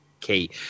key